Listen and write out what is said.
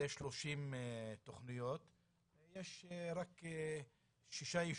זה 30 תכניות ויש רק שישה יישובים.